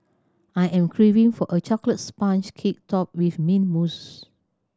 I am craving for a chocolate sponge cake topped with mint mousse